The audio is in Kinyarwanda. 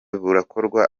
burakorwa